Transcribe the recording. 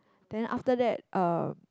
then after that uh